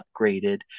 upgraded